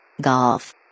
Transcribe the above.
Golf